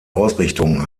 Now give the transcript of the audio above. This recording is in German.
ausrichtung